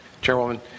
chairwoman